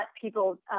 people